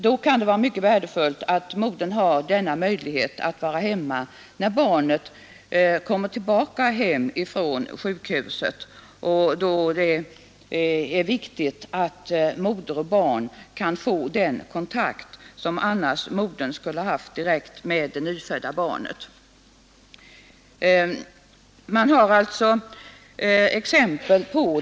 Det skulle vara mycket värdefullt för modern att ha möjlighet att vara hemma när barnet kommer hem från sjukhuset, och det är viktigt att moder och barn kan få den kontakt som annars modern skulle ha haft direkt med det nyfödda barnet.